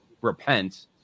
repent